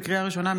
לקריאה ראשונה,